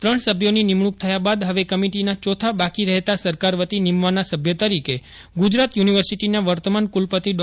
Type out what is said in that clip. ત્રણ સભ્યોની નિમણૂક થયા બાદ હવે કમિટીના ચોથા બાકી રહેતા સરકાર વતી નિમવાના સભ્ય તરીકે ગુજરાત યુનિવર્સિટીના વર્તમાન કુલપતિ ડો